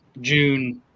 June –